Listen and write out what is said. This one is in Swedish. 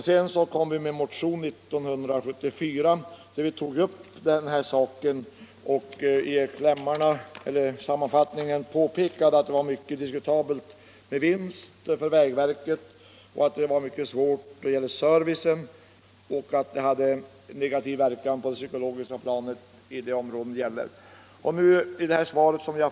"Sedan kom vi med en motion år 1974, där vi tog upp saken och i sammanfattningen påpekade att det var mycket diskutabelt om rationaliseringsbeslutet skulle innebära någon vinst för vägverket, att det uppstått svårigheter när det gällde servicen samt att det även hade haft en negativ verkan på det psykologiska planet i de områden beslutet gällde.